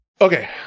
Okay